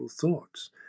thoughts